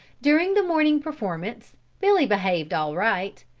during the morning performance billy behaved all right,